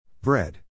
Bread